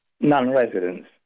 non-residents